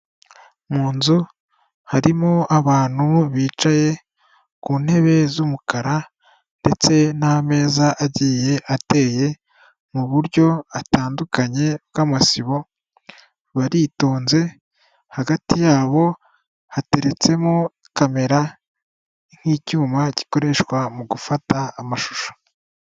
Mu nzu harimo abantu bicaye ku ntebe z'umukara ndetse n'ameza agiye ateye mu buryo atandukanye bw'amasibo, baritonze hagati yabo hateretsemo kamera nk'icyuma gikoreshwa mu gufata amashusho.